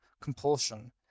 compulsion